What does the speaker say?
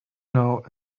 know